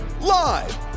live